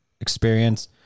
experience